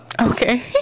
Okay